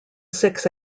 six